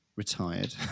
Retired